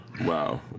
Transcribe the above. Wow